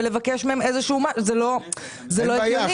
זה לא הגיוני.